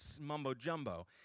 mumbo-jumbo